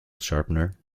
sharpener